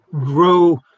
grow